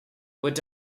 put